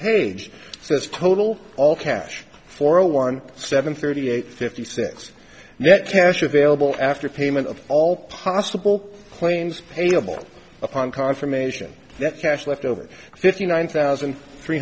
page says total all cash for a one seven thirty eight fifty six net cash available after payment of all possible claims paid able upon confirmation that cash left over fifty nine thousand three